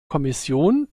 kommission